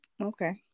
okay